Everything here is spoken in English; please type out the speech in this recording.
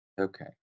Okay